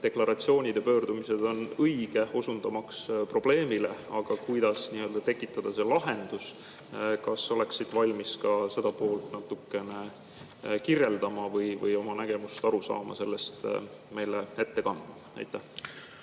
deklaratsioonid ja pöördumised on õiged osundamaks probleemile, aga küsimus on selles, kuidas saavutada lahendus. Kas oleksid valmis ka seda poolt natukene kirjeldama või oma nägemust-arusaama sellest meile ette kandma? Aitäh,